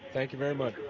thank you very much.